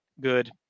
good